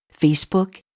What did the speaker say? Facebook